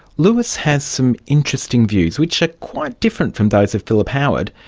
lewis has some interesting views, which are quite different from those of philip howard,